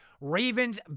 Ravens